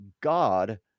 God